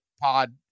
pod